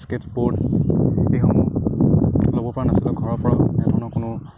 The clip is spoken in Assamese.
স্কেটছ্ ব'ৰ্ড এইসমূহ ল'ব পৰা নাছিলোঁ ঘৰৰ পৰাও তেনে ধৰণৰ কোনো